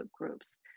groups